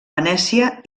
venècia